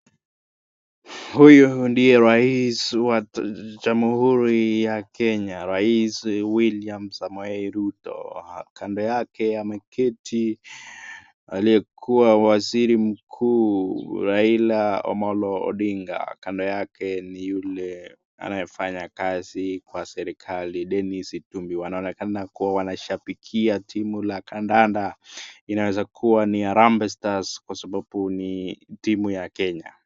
Huyu ndiye rais wa jamhuri ya Kenya, rais William Samoei Rutto. Kando yake ameketi aliyekuwa waziri mkuu Raila Omolo Odinga. Kando yake ni yule anayefanya kazi kwa serikali Dennis Tumbe. Wanaonekana kuwa wanashabikia timu la Kandanda. Inaweza kuwa ni Harambee Stars kwa sababu ni timu ya Kenya.